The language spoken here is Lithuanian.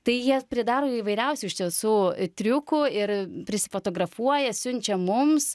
tai jie pridaro įvairiausių iš tiesų triukų ir prisifotografuoja siunčia mums